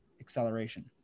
acceleration